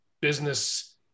business